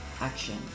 action